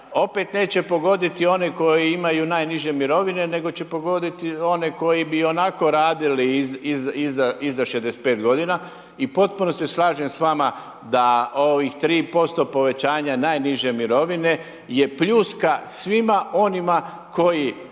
opet neće pogoditi one koji imaju najniže mirovine nego će pogoditi oni koji bi ionako radili iza 65 g. i u potpunosti se slažem s vama da ovih 3% povećanja najniže mirovine je pljuska svima onima koji